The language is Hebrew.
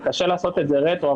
זה קשה לעשות את זה רטרו,